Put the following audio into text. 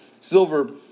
silver